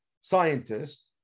scientist